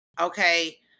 okay